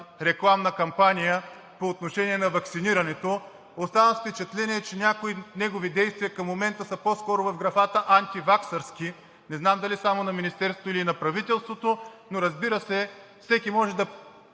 рекламна кампания по отношение на ваксинирането. Оставам с впечатление, че някои негови действия към момента са по-скоро в графата „антиваксърски“. Не знам дали е само на Министерството или и на правителството, но, разбира се, всеки може да